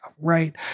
right